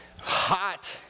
hot